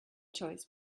choice